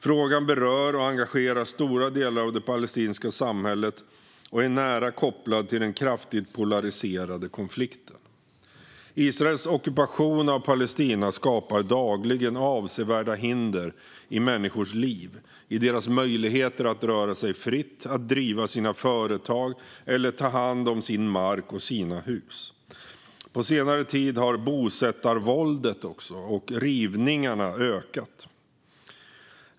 Frågan berör och engagerar stora delar av det palestinska samhället och är nära kopplad till den kraftigt polariserade konflikten. Israels ockupation av Palestina skapar dagligen avsevärda hinder i människors liv, i deras möjlighet att röra sig fritt, att driva sina företag eller att ta hand om sin mark och sina hus. På senare tid har bosättarvåldet och rivningarna ökat.